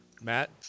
Matt